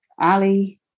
Ali